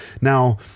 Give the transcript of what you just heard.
Now